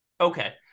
Okay